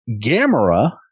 Gamera